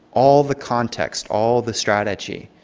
all the context, all the strategy.